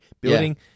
building